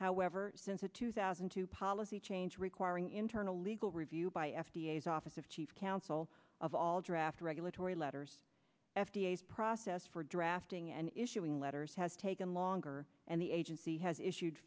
however since a two thousand and two policy change requiring internal legal review by f d a as office of chief counsel of all draft regulatory letters f d a process for drafting and issuing letters has taken longer and the agency has issued